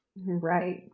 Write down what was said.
Right